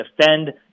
defend